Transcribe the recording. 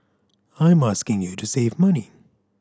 I'm asking you to save money